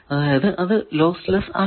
അതായതു അത് lossless അല്ല